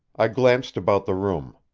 i glanced about the room.